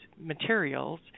materials